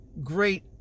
great